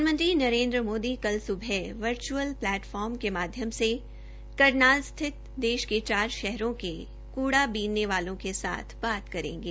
प्रधानमंत्रह नरेन्द्र मोदी कल सुबह virtual platform के माध्यम से करनाल सहित देश के चार शहरों के कूड़ा बीनने वालों के साथ बात करेंगे